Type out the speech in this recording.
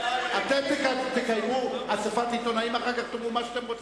אתם תקיימו אספת עיתונאים אחר כך ותאמרו מה שאתם רוצים.